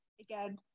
again